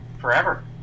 forever